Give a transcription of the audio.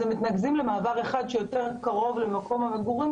אז מתנקזים למעבר אחד שיותר קרוב למקום המגורים